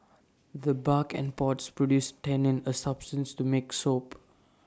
the bark and pods produce tannin A substance to make soap